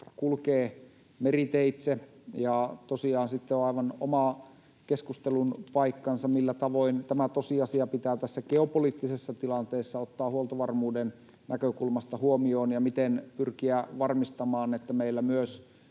kulkee meriteitse. Tosiaan sitten on aivan oma keskustelun paikkansa, millä tavoin tämä tosiasia pitää tässä geopoliittisessa tilanteessa ottaa huoltovarmuuden näkökulmasta huomioon ja miten pyrkiä varmistamaan, että meillä myös